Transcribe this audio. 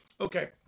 Okay